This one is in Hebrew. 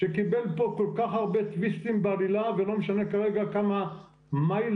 שקיבל פה כל כך הרבה טוויסטים בעלילה - ולא משנה כרגע בכמה מיילג'